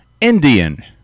Indian